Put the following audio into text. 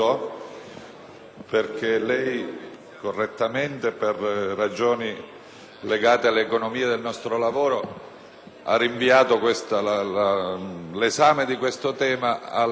lei, correttamente, per ragioni legate all'economia del nostro lavoro, ha rinviato l'esame di questo tema